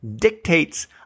dictates